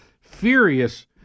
furious